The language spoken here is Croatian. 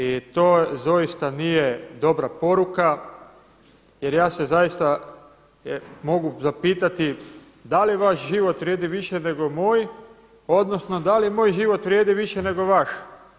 I to doista nije dobra poruka, jer ja se zaista mogu zapitati da li vaš život vrijedi više nego moj, odnosno da li moj život vrijedi više nego vaš?